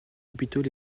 hôpitaux